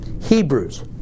Hebrews